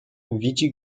widzi